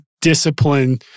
discipline